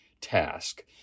task